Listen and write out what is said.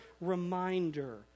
reminder